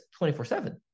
24-7